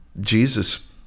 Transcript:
Jesus